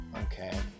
Okay